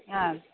ആ